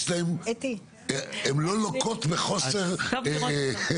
הם לא לוקים בחוסר סבירות קיצוני.